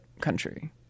country